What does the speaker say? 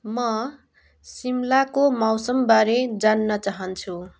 म शिमलाको मौसमबारे जान्न चाहन्छु